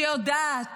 שיודעת